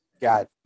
got